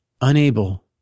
unable